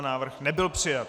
Návrh nebyl přijat.